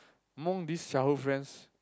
among these childhood friends